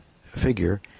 figure